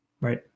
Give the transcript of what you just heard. Right